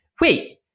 wait